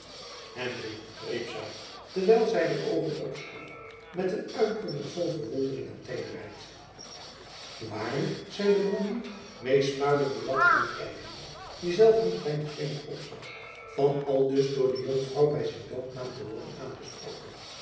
henry riep zy terwijl zy de oogen opsloeg met een uitdrukking vol verwondering en teederheid waarlijk zeide bromley meesmuilend buat aankijkende die zelf niet weinig vreemd opzag van aldus door de jonkvrouw by zijn doopnaam te worden aangesproken